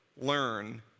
learn